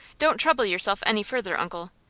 don't trouble yourself any further, uncle.